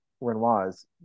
Renoir's